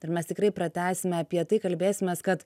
ir mes tikrai pratęsime apie tai kalbėsimės kad